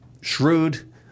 shrewd